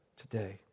today